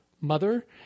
mother